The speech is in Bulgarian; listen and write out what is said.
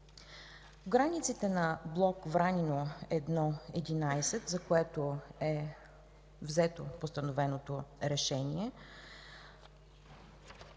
границите на Блок „1-11 Вранино”, за който е взето постановеното решение,